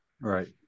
Right